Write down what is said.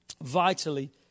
vitally